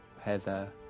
heather